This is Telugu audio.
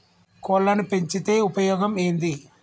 కోళ్లని పెంచితే ఉపయోగం ఏంది?